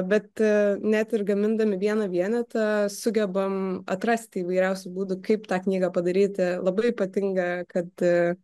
bet net ir gamindami vieną vienetą sugebam atrasti įvairiausių būdų kaip tą knygą padaryti labai ypatinga kad